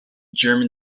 german